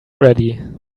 ready